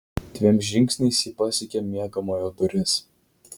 dviem žingsniais ji pasiekė miegamojo duris